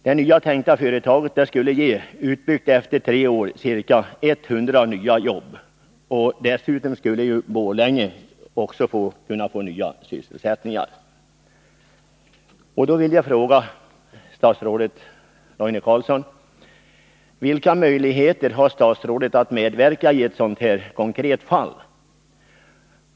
Det nya företaget skulle, utbyggt efter 3 år, ge ca 100 nya jobb och dessutom ge Borlänge ett antal nya sysselsättningar. Jag vill fråga statsrådet Roine Carlsson: Vilka möjligheter har statsrådet att medverka i ett sådant här konkret fall?